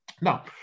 Now